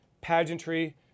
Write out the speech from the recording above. pageantry